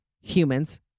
humans